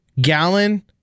Gallon